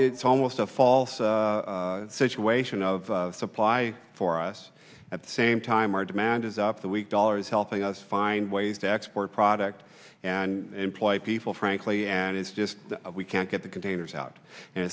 it's almost a false situation of supply for us at the same time our demand is up the weak dollar is helping us find ways to export product and employ people frankly and it's just we can't get the containers out